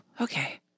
okay